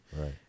Right